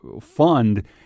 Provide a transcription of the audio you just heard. fund